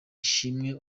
ishimwe